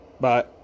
Bye